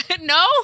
no